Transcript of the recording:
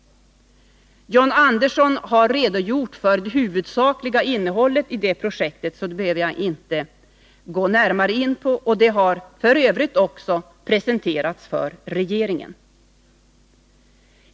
John Andersson har redogjort för det huvudsakliga innehållet i det projektet, och därför behöver jag inte gå närmare in på det. Det har f. ö. också presenterats för regeringen.